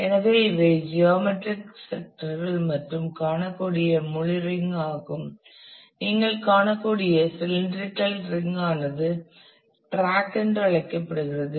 எனவே இவை ஜியோமெட்ரிக் செக்டர்கள் மற்றும் காணக்கூடிய முழு ரிங் ஆகும் நீங்கள் காணக்கூடிய சிலிண்டரிக்கல் ரிங் ஆனது டிராக் என்று அழைக்கப்படுகிறது